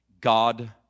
God